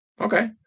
Okay